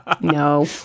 No